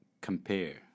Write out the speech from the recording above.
compare